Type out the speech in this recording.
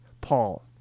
Paul